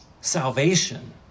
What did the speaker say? salvation